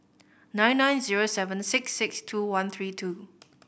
nine nine zero seven six six two one three two